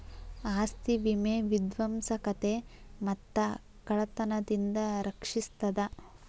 ಆಸ್ತಿ ವಿಮೆ ವಿಧ್ವಂಸಕತೆ ಮತ್ತ ಕಳ್ತನದಿಂದ ರಕ್ಷಿಸ್ತದ